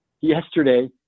yesterday